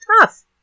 Tough